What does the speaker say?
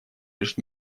лишь